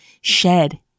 shed